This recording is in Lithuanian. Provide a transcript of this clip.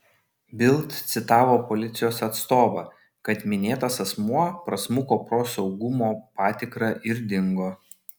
bild citavo policijos atstovą kad minėtas asmuo prasmuko pro saugumo patikrą ir dingo